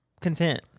content